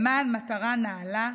למען מטרה נעלה: